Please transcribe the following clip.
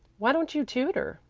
why don't you tutor?